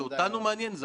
לא ויתרה,